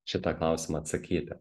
šitą klausimą atsakyti